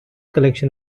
collection